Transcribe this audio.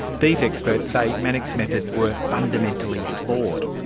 these experts say manock's methods were fundamentally flawed.